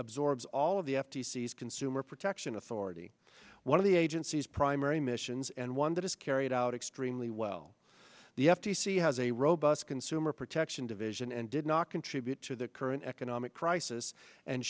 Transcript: absorbs all of the f t c s consumer protection authority one of the agency's primary missions and one that is carried out extremely well the f t c has a robust consumer protection division and did not contribute to the current economic crisis and